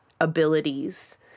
abilities